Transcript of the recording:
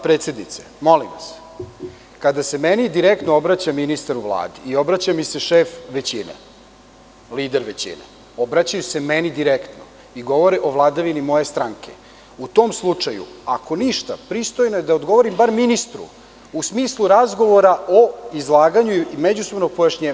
Predsednice, molim vas, kada se meni direktno obraća ministar u Vladi i obraća mi se šef većine, lider većine, obraćaju se meni direktno i govore o vladavini moje stranke, u tom slučaju, ako ništa drugo, pristojno je da odgovorim bar ministru, u smislu razgovora o izlaganju i međusobnom pojašnjenju.